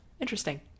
interesting